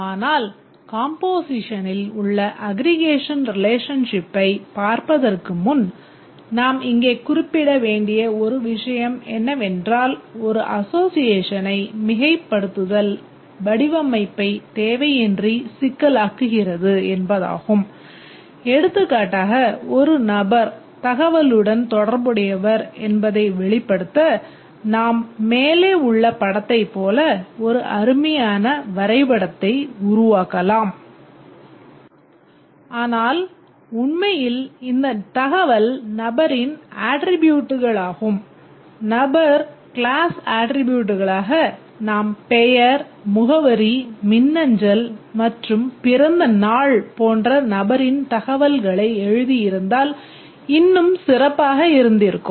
ஆனால் கம்போசிஷனில் ஆட்ரிபூட்களாக நாம் பெயர் முகவரி மின்னஞ்சல் மற்றும் பிறந்த நாள் போன்ற நபரின் தகவல்களை எழுதியிருந்தால் இன்னும் சிறப்பாக இருந்திருக்கும்